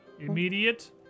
immediate